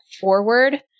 forward